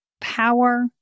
power